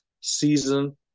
season